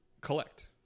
collect